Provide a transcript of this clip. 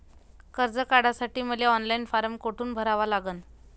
कर्ज काढासाठी मले ऑनलाईन फारम कोठून भरावा लागन?